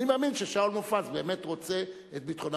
אני מאמין ששאול מופז באמת רוצה את ביטחונה,